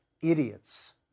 Idiots